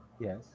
Yes